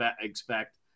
expect